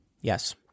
yes